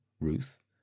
Ruth